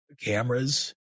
cameras